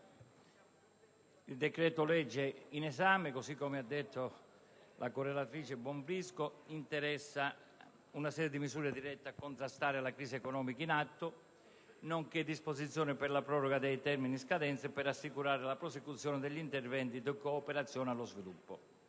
il decreto-legge in esame, così come ha detto la relatrice Bonfrisco, interessa una serie di misure dirette a contrastare la crisi economica in atto, nonché disposizioni per la proroga dei termini in scadenza e per assicurare la prosecuzione degli interventi di cooperazione allo sviluppo.